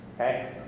Okay